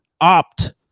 opt